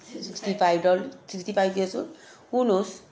sixty five dollars sixty five years old who knows